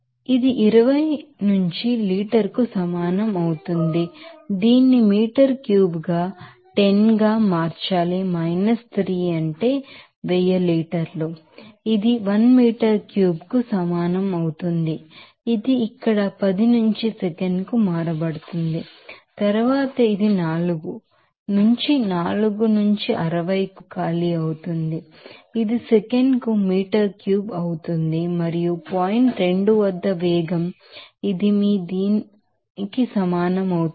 ఇది 20 నుంచి లీటర్ కు సమానం అవుతుంది దీనిని మీటర్ క్యూబ్ గా 10 గా మార్చాలి 3 అంటే 1000 లీటర్లు ఇది 1 మీటర్ క్యూబ్ కు సమానం అవుతుంది ఇది ఇక్కడ 10 నుంచి సెకనుకు మార్చబడుతుంది తరువాత ఇది 4 నుంచి 4 నుంచి 60 వరకు ఖాళీ అవుతుంది ఇది సెకనుకు మీటర్ క్యూబ్ అవుతుంది మరియు పాయింట్ 2 వద్ద వేగం ఇది మీ దీనికి సమానం అవుతుంది